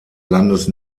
landes